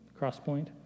Crosspoint